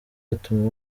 atuma